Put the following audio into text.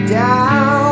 down